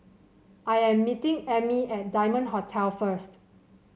I am meeting Emmie at Diamond Hotel first